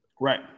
Right